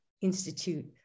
Institute